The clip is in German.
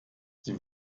sie